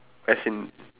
as in